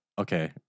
okay